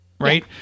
right